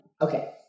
Okay